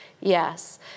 Yes